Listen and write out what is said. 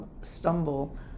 stumble